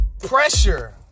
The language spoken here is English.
pressure